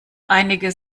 einige